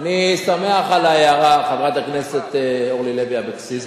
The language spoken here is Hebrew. אני שמח על ההערה, חברת הכנסת אורלי לוי אבקסיס.